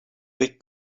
big